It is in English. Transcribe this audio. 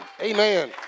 Amen